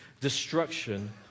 destruction